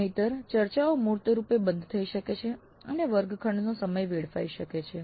નહિંતર ચર્ચાઓ મૂર્ત રૂપે બંધ થઈ શકે છે અને વર્ગખંડનો સમય વેડફાઈ શકે છે